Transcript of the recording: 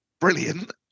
Brilliant